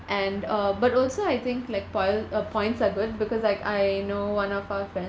and uh but also I think like poi~ uh points are good because like I know one of our friends